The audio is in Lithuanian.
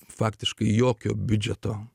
faktiškai jokio biudžeto